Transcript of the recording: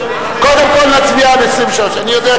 קודם כול נצביע עד 25(3). אני יודע,